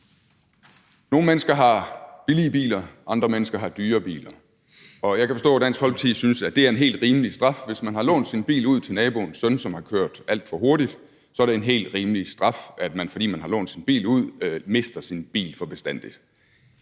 Nogle mennesker har billige biler, andre mennesker har dyre biler. Jeg kan forstå, at Dansk Folkeparti synes, at det er en helt rimelig straf, at hvis man har lånt sin bil ud til naboens søn, som har kørt alt for hurtigt, mister man sin bil for bestandig.